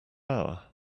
hour